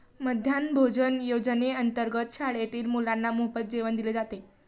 मध्यान्ह भोजन योजनेअंतर्गत शाळेतील मुलांना मोफत जेवण दिले जाते